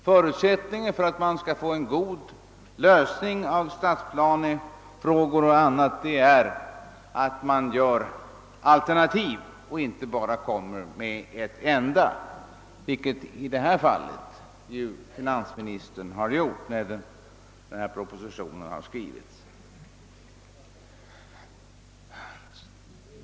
Förutsättningen för att man skall nå en god lösning av stadsplanefrågor och annat är att man har alternativa förslag och inte bara kommer med ett enda, vilket finansministern har gjort i detta fall när propositionen skrevs.